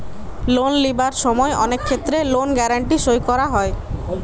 loan লিবার সময় অনেক ক্ষেত্রে লোন গ্যারান্টি সই করা হয়